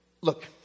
look